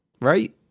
right